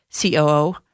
COO